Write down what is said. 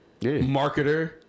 marketer